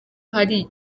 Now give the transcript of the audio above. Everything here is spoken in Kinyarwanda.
hari